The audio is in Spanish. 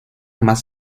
más